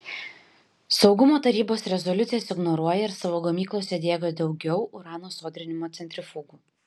saugumo tarybos rezoliucijas ignoruoja ir savo gamyklose diegia daugiau urano sodrinimo centrifugų